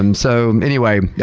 um so anyway, yeah